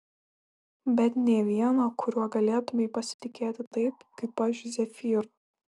bet nė vieno kuriuo galėtumei pasitikėti taip kaip aš zefyru